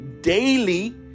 daily